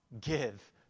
give